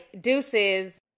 deuces